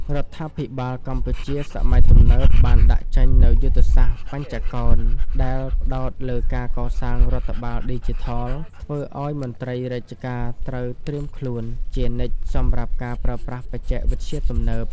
រដ្ឋាភិបាលកម្ពុជាសម័យទំនើបបានដាក់ចេញនូវយុទ្ធសាស្ត្របញ្ចកោណ ដែលផ្ដោតលើការកសាងរដ្ឋបាលឌីជីថល ធ្វើឱ្យមន្ត្រីរាជការត្រូវត្រៀមខ្លួនជានិច្ចសម្រាប់ការប្រើប្រាស់បច្ចេកវិទ្យាទំនើប។